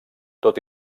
tot